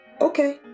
Okay